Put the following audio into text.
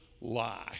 lie